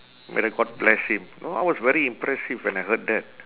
may the god bless him know I was very impressive when I heard that